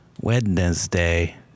Wednesday